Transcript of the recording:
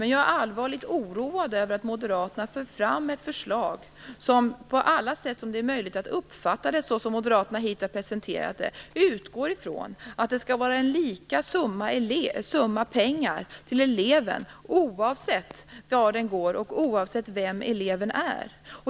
Men jag är allvarligt oroad över att moderaterna för fram ett förslag som på alla sätt som det är möjligt att uppfatta det - såsom moderaterna hittills har presenterat det - utgår från att det skall vara samma summa pengar till eleven, oavsett var eleven går och oavsett vem eleven är.